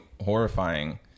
horrifying